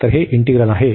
तर हे इंटिग्रल आहे